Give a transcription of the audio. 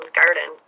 garden